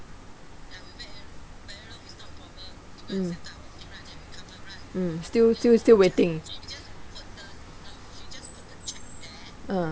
mm mm still still still waiting ah